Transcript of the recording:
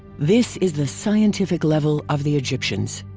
this is the scientific level of the egyptians.